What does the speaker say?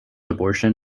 abortion